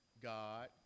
God